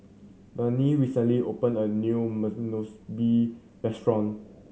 Barney recently opened a new restaurant